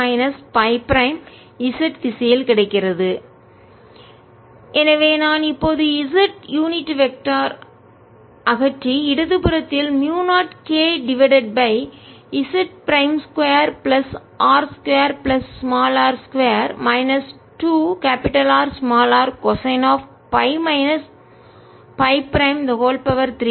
s zcos ϕ s z 0k 0k4π ∞dz02πRdR rcosϕ z2R2r2 2rRcosϕ 32 4πR rR 0 rR எனவே நான் இப்போது z unit vector அலகு திசையன்அகற்றி இடது புறத்தில் மூயு 0 k divided by z prime 2 plus R 2 plus r 2 minus 2 Rr cosine of minus 32